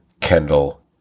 Kendall